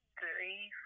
three